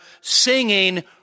singing